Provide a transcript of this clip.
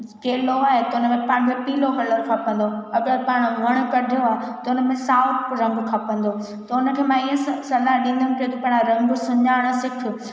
केलो आहे त उनमें पंहिंजो पीलो कलर खपंदो अगरि पाण वण कढियो आहे त उनमें साओ रंग खपंदो त उनखे मां ईअं सलाहु ॾींदमि के तू पाण रंग सुञाण सिख